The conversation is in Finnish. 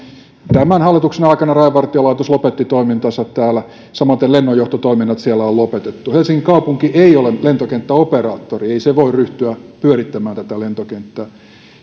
tämän hallituksen aikana rajavartiolaitos lopetti toimintansa täällä samaten lennonjohtotoiminnot siellä on lopetettu helsingin kaupunki ei ole lentokenttäoperaattori ei se voi ryhtyä pyörittämään tätä lentokenttää